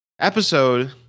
episode